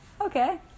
Okay